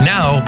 Now